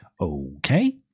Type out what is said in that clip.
okay